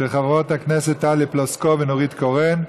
של חברות הכנסת טלי פלוסקוב ונורית קורן.